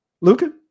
Luca